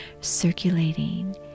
circulating